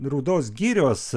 rūdos girios